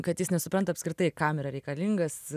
kad jis nesupranta apskritai kam yra reikalingas